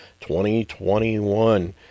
2021